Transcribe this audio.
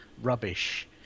rubbish